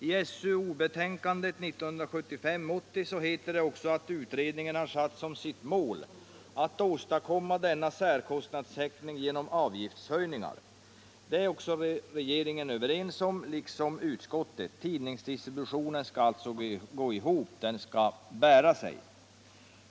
I SOU-betänkandet 1975:80 heter det också att utredningen har satt som sitt mål att ”åstadkomma denna särkostnadstäckning genom avgiftshöjningar”. Det är också regeringen överens om liksom utskottet. Tidningsdistributionen skall alltså gå ihop, den skall bära sig.